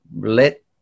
let